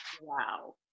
Wow